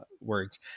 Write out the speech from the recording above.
words